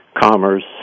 commerce